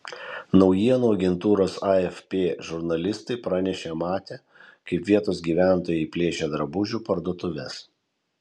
naujienų agentūros afp žurnalistai pranešė matę kaip vietos gyventojai plėšia drabužių parduotuves